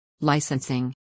Licensing